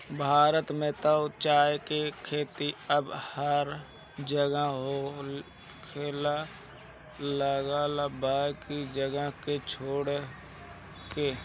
भारत में त चाय के खेती अब हर जगह होखे लागल बा कुछ जगह के छोड़ के